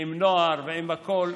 ועם נוער ועם הכול,